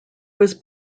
was